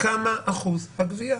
כמה אחוז הגבייה.